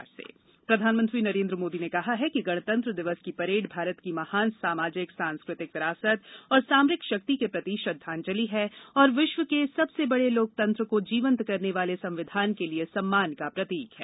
PM बातचीत cadet प्रधानमंत्री नरेन्द्र मोदी ने कहा है कि गणतंत्र दिवस की परेड भारत की महान सामाजिक सांस्कृतिक विरासत और सामरिक शक्ति के प्रति श्रद्धांजलि है और विश्व के सबसे बड़े लोकतंत्र को जीवंत करने वाले संविधान के लिए सम्मान का प्रतीक है